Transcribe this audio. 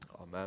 Amen